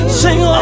sing